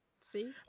See